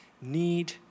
need